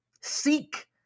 seek